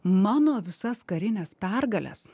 mano visas karines pergales